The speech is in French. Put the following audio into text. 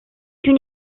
une